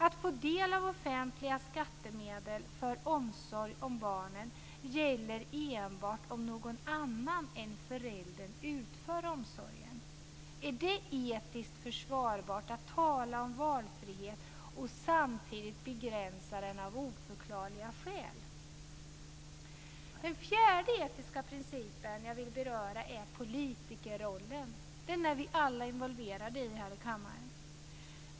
Att få del av offentliga skattemedel för omsorg om barnen gäller enbart om någon annan än föräldern utför omsorgen. Är det etiskt försvarbart att tala om valfrihet och samtidigt begränsa den av oförklarliga skäl? Den fjärde etiska principen jag vill beröra är politikerrollen. Den är vi alla i den här kammaren involverade i.